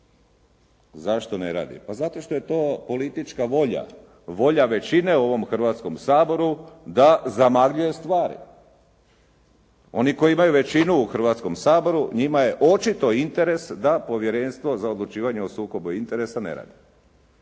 Zašto ne radi? Pa zato što je to politička volja, volja većine u ovom Hrvatskom saboru da zamagljuje stvari. Oni koji imaju većinu u Hrvatskom saboru njima je očito interes da Povjerenstvo za odlučivanje o sukobu interesa ne radi.